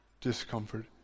discomfort